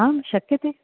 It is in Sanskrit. आं शक्यते